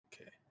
okay